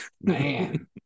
Man